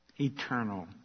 eternal